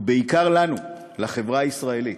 ובעיקר לנו, לחברה הישראלית,